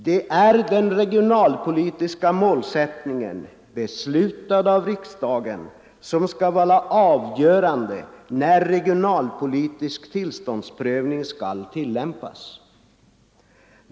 Det är den regionalpolitiska målsättningen, beslutad av riksdagen, som skall vara avgörande för när regionalpolitisk tillståndsprövning skall tilllämpas.